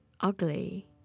ugly